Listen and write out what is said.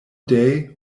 day